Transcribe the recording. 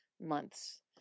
months